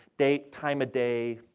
date, time of day,